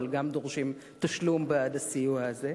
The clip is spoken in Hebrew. אבל גם דורשים תשלום בעד הסיוע הזה.